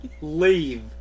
leave